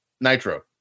Nitro